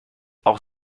auch